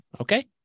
Okay